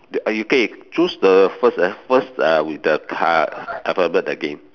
uh you can choose the first the first uh with the card alphabet the game